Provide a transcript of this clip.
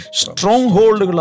stronghold